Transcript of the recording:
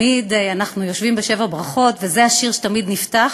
אנחנו יושבים בשבע ברכות, וזה השיר שתמיד פותח.